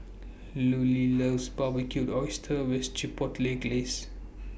Lulie loves Barbecued Oysters with Chipotle Glaze